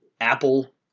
Apple